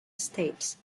estates